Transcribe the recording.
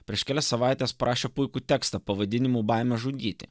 prieš kelias savaites parašė puikų tekstą pavadinimu baimė žudyti